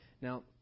now